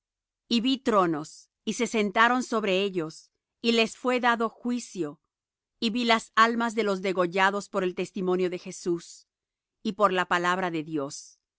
y vi tronos y se sentaron sobre ellos y les fué dado juicio y vi las almas de los degollados por el testimonio de jesús y por la palabra de dios